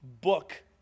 book